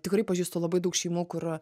tikrai pažįstu labai daug šeimų kur